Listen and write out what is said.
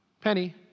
Penny